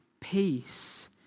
peace